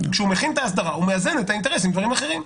כשהוא מכין את האסדרה הוא מאזן את האינטרס עם דברים אחרים.